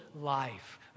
life